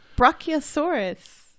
brachiosaurus